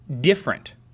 different